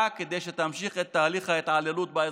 כדי שתמשיך את תהליך ההתעללות באזרחים.